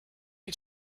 you